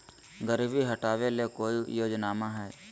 गरीबी हटबे ले कोई योजनामा हय?